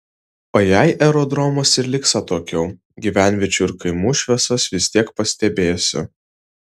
o jei aerodromas ir liks atokiau gyvenviečių ir kaimų šviesas vis tiek pastebėsiu